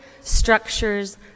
structures